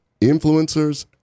influencers